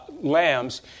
lambs